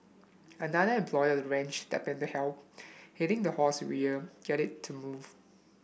another employee ranch stepped to help hitting the horse rear get it to move